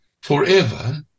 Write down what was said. forever